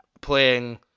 playing